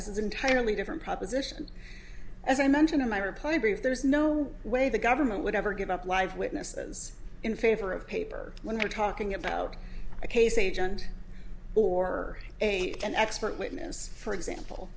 an entirely different proposition as i mentioned in my reply brief there is no way the government would ever give up live witnesses in favor of paper when they're talking about a case agent or an expert witness for example